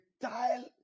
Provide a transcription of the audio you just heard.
tile